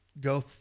go